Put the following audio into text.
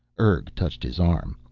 urg touched his arm.